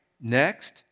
Next